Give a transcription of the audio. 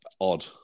odd